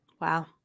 Wow